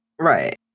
Right